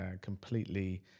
completely